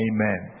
Amen